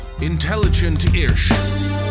Intelligent-ish